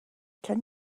can